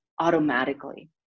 automatically